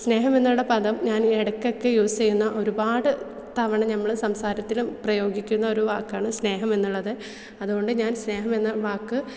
സ്നേഹം എന്നുള്ള പദം ഞാൻ ഇടക്കക്കെ യൂസ് ചെയ്യുന്ന ഒരുപാട് തവണ നമ്മൾ സംസാരത്തിലും പ്രയോഗിക്കുന്ന ഒരു വാക്കാണ് സ്നേഹം എന്നുള്ളത് അതുകൊണ്ട് ഞാൻ സ്നേഹം എന്ന വാക്ക്